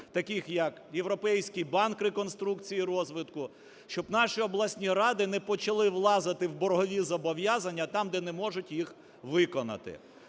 таких як Європейський банк реконструкції і розвитку, щоб наші обласні ради не почали влазити в боргові зобов'язання там, де не можуть їх виконати.